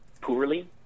poorly